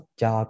cho